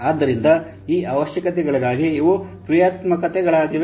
ಆದ್ದರಿಂದ ಈ ಅವಶ್ಯಕತೆಗಳಿಗಾಗಿ ಇವು ಕ್ರಿಯಾತ್ಮಕತೆಗಳಾಗಿವೆ